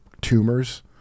tumors